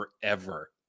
forever